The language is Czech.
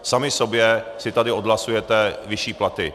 Sami sobě si tady odhlasujete vyšší platy.